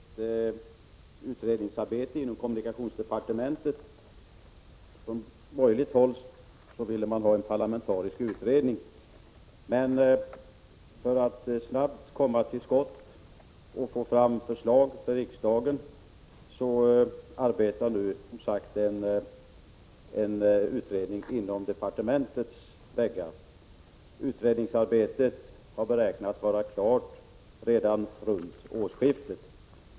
Herr talman! Som Olle Grahn nämnde pågår för närvarande ett utredningsarbete inom kommunikationsdepartementet. Från borgerligt håll ville man ha en parlamentarisk utredning, men för att snabbt komma till skott och få fram förslag till riksdagen arbetar som sagt en utredning inom departementets väggar. Utredningsarbetet beräknas vara klart redan runt årsskiftet.